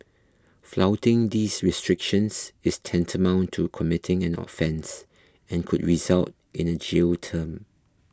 flouting these restrictions is tantamount to committing an offence and could result in a jail term